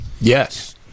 yes